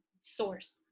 source